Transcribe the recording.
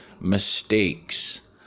mistakes